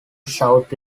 south